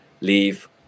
leave